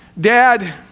dad